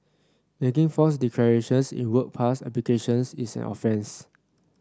making false declarations in work pass applications is an offence